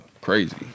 crazy